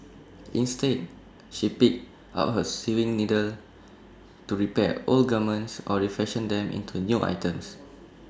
instead she picks up her sewing needle to repair old garments or refashion them into new items